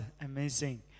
amazing